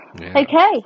Okay